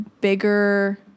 bigger